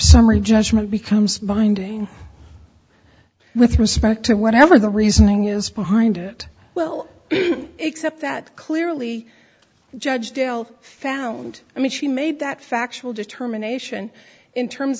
summary judgment becomes binding with respect to whatever the reasoning is behind it well except that clearly judge dale found i mean she made that factual determination in terms